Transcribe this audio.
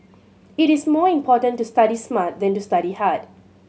it is more important to study smart than to study hard